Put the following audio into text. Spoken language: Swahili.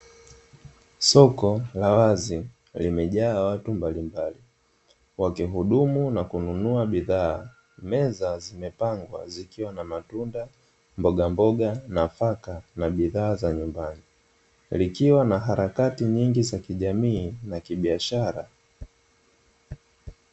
Soko la wazi limejaa watu mbalimbali wakihudumu na kununua bidhaa, meza zimepangwa zikiwa na matunda, mboga mboga, nafaka na bidhaa za nyumbani likiwa na harakati nyingi za kijamii na kibiashara.